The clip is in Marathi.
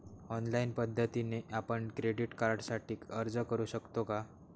ऑनलाईन पद्धतीने आपण क्रेडिट कार्डसाठी अर्ज करु शकतो का?